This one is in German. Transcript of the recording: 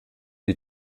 die